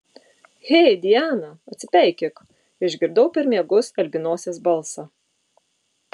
hei diana atsipeikėk išgirdau per miegus albinosės balsą